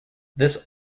this